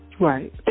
Right